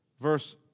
Verse